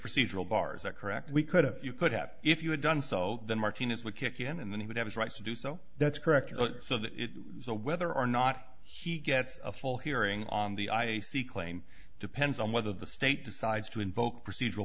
procedural bars that correct we could have you could have if you had done so then martinez would kick in and then he would have his rights to do so that's correct so that whether or not he gets a full hearing on the i a c claim depends on whether the state decides to invoke procedural